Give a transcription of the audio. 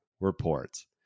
reports